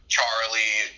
Charlie